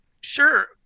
sure